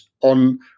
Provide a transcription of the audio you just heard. on